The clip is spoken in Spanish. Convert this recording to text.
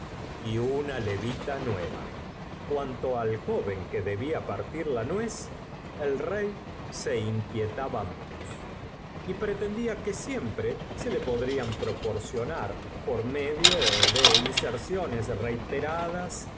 y una levita nueva cuanto al joven que debla partir la nuez el rey se inquietaba menos y pre tendía que siempre se le podrían proporcionar por medio de inserciones reitera